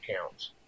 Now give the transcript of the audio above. counts